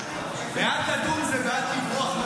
בעד לדון זה בעד לברוח.